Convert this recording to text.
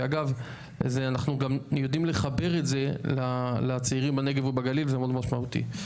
שאגב אנחנו גם ידעים לחבר את זה לצעירים בנגב ובגליל זה מאוד משמעותי.